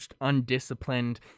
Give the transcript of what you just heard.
undisciplined